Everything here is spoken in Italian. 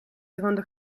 secondo